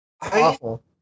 Awful